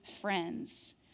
friends